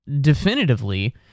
definitively